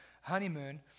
honeymoon